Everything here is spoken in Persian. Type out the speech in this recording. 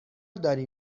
داری